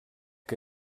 que